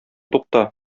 тукта